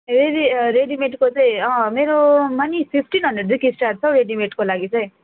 ready रेडिमेडको चाहिँ मेरोमा नि फिप्टिन हन्ड्रेडदेखि स्टार्ट छ हौ रेडिमेडको लागि चाहिँ